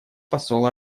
посол